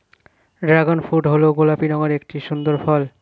dragon fruit হল গোলাপি রঙের একটি সুন্দর ফল